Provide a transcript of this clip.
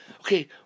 okay